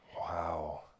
Wow